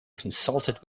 consulted